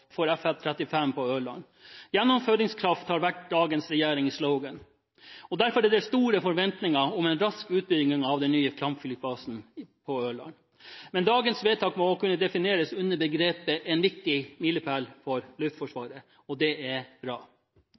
Gjennomføringskraft har vært dagens regjerings slogan. Derfor er det store forventninger om en rask utbygging av den nye kampflybasen på Ørlandet. Men dagens vedtak må kunne defineres under begrepet «en viktig milepæl» for Luftforsvaret. Det er bra.